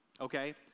okay